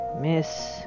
Miss